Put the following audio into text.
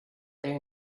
their